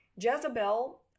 Jezebel